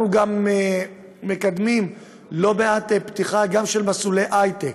אנחנו גם מקדמים לא מעט פתיחה של מסלולי הייטק,